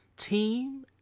team